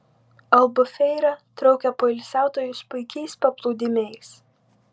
albufeira traukia poilsiautojus puikiais paplūdimiais